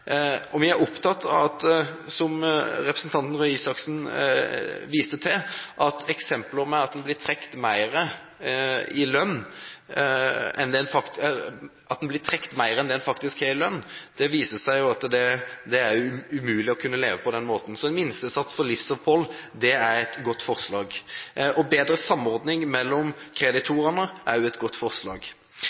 Vi er opptatt av det eksemplet som representanten Røe Isaksen viste til, at en blir trukket mer enn det en faktisk har i lønn. Det viser seg at det er umulig å leve på den måten. Så en minstesats for livsopphold er et godt forslag. Bedre samordning mellom kreditorene er også et godt forslag.